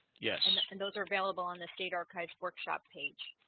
yes, and those are available on the state archives workshop page